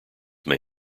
may